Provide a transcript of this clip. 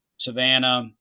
Savannah